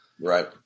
Right